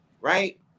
right